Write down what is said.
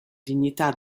dignità